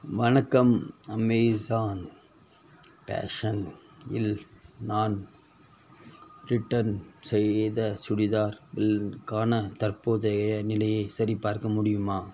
வணக்கம் Amazon fashion இல் நான் ரிட்டன் செய்த சுடிதார்கள்கான தற்போதைய நிலையை சரிபார்க்க முடியுமா